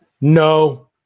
No